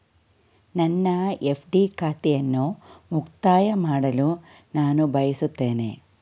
ನನ್ನ ಎಫ್.ಡಿ ಖಾತೆಯನ್ನು ಮುಕ್ತಾಯ ಮಾಡಲು ನಾನು ಬಯಸುತ್ತೇನೆ